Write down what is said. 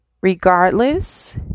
Regardless